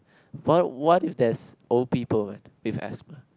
what what if there's old people with asthma